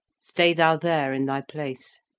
stay thou there in thy place.